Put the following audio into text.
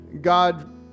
God